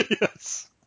Yes